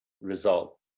result